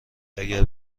اگر